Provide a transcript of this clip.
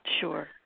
Sure